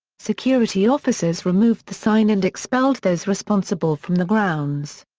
security officers removed the sign and expelled those responsible from the grounds.